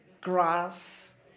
grass